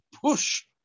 push